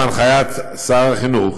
בהנחיית שר החינוך,